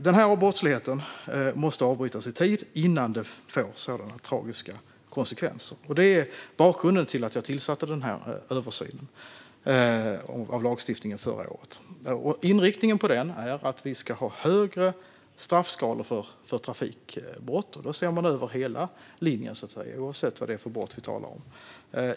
Denna brottslighet måste avbrytas i tid, innan den får sådana tragiska konsekvenser. Det är bakgrunden till att jag initierade översynen av lagstiftningen förra året. Inriktningen på denna är att vi ska ha högre straffskalor för trafikbrott. Då ser man över hela linjen, oavsett vad det är för brott vi talar om.